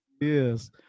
Yes